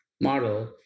model